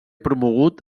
promogut